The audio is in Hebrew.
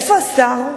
איפה השר?